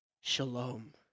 shalom